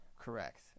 Correct